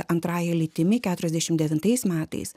antrąja lytimi keturiasdešimt devintais metais